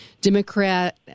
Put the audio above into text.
democrat